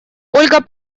ольга